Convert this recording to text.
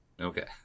Okay